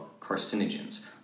carcinogens